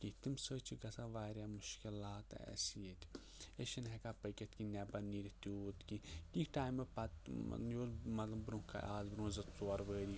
کیٚنٛہہ تَمہِ سۭتۍ چھِ گژھان واریاہ مُشکِلات اسہِ ییٚتہِ أسۍ چھِنہٕ ہیٚکان پٔکِتھ کیٚنٛہہ نیٚبَر نیٖرِتھ تیوٗت کیٚنٛہہ کیٚنٛہہ ٹایمہٕ پَتہٕ مےٚ اوٗس مطلب برٛونٛہہ کالہِ آز برٛونٛٹھ زٕ ژوٗر ؤری